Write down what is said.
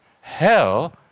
Hell